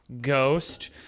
ghost